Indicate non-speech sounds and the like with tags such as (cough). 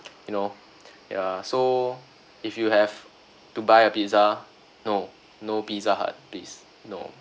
you know (breath) ya so if you have to buy a pizza no no pizza hut please no